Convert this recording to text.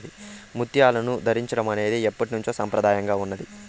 ముత్యాలను ధరించడం అనేది ఎప్పట్నుంచో సంప్రదాయంగా ఉన్నాది